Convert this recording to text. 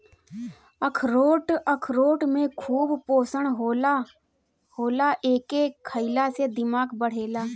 अखरोट में खूब पोषण होला एके खईला से दिमाग बढ़ेला